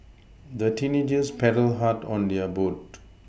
the teenagers paddled hard on their boat